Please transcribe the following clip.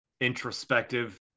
introspective